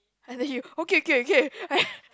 and then you okay okay okay I